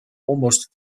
almost